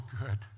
good